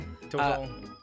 Total